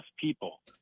people